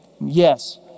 yes